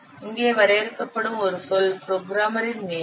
இங்கே வரையறுக்கபடும் ஒரு சொல் புரோகிராமரின் நேரம்